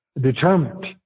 determined